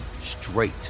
straight